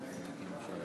אדוני